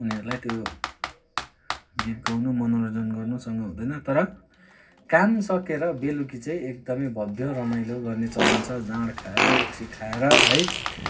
उनीहरूलाई त्यो गीत गाउनु मनोरञ्जन गर्नुसँग हुँदैन तर काम सकेर बेलुकी चाहिँ एकदमै भव्य रमाइलो गर्ने चलन छ जाँड खाएर रक्सी खाएर है